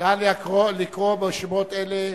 נא לקרוא בשמות אלה,